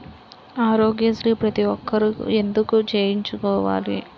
ఆరోగ్యశ్రీ ప్రతి ఒక్కరూ ఎందుకు చేయించుకోవాలి?